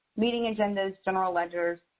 meeting agendas, general ledgers,